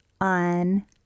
on